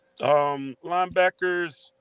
Linebackers